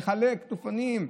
נחלק תופינים,